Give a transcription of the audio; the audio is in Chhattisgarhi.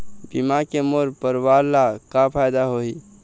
बीमा के मोर परवार ला का फायदा होही?